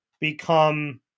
become